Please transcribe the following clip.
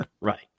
Right